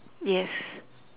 yes